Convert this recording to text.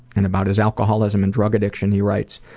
and about his alcoholism and drug addiction he writes,